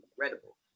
incredible